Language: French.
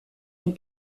une